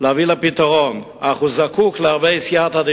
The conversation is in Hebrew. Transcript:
להביא לפתרון, אך הוא זקוק להרבה סייעתא דשמיא,